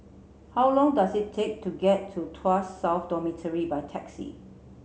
how long does it take to get to Tuas South Dormitory by taxi